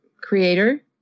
Creator